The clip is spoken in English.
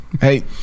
hey